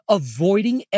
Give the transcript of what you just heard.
avoiding